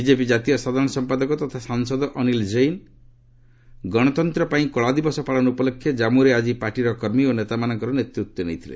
BJP ଜାତୀୟ ସାଧାରଣ ସମ୍ପାଦକ ତଥା ସାଂସଦ ଅନୀଲ ଜୈନ୍ ଗଣତନ୍ତ୍ର ପାଇଁ କଳାଦିବସ ପାଳନ ଉପଲକ୍ଷେ ଜାମ୍ମରେ ଆଜି ପାର୍ଟିର କର୍ମୀ ଓ ନେତାମାନଙ୍କର ନେତୃତ୍ୱ ନେଇଥିଲେ